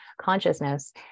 consciousness